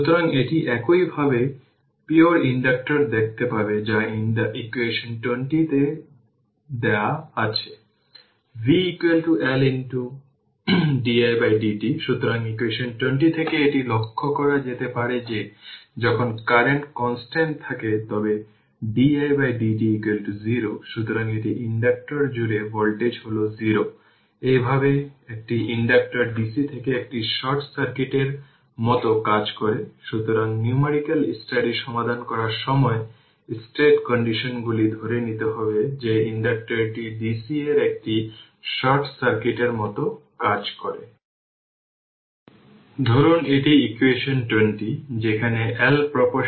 সুতরাং v L didt i সুতরাং এটি ইকুয়েশন 24